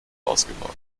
ausgebaut